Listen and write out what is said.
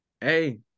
Hey